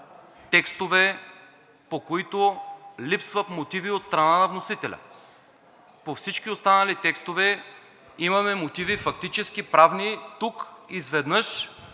текстове, по които липсват мотиви от страна на вносителя. По всички останали текстове имаме мотиви – фактически, правни. Тук изведнъж